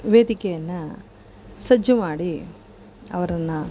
ವೇದಿಕೆಯನ್ನು ಸಜ್ಜು ಮಾಡಿ ಅವ್ರನ್ನು